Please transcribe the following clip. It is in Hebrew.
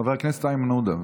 חבר הכנסת איימן עודה.